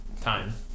Time